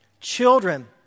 Children